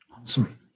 Awesome